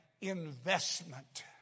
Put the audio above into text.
investment